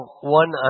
one